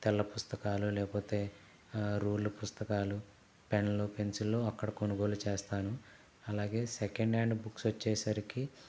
తెల్లపుస్తకాలు లేకపోతే రూల్డ్ పుస్తకాలు పెన్లూ పెన్సిల్లూ అక్కడ కొనుగోలు చేస్తాను అలాగే సెకెండ్ హ్యాండ్ బుక్స్ వచ్చేసరికి